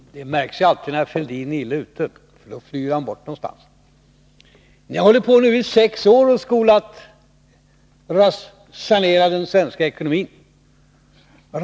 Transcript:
Herr talman! Det märks alltid när Thorbjörn Fälldin är illa ute — då flyr han bort. Ni har nu hållit på i sex år och sagt er sanera den svenska ekonomin.